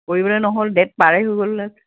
কৰিবলৈ নহ'ল ডেট পাৰে হৈ গ'ল ন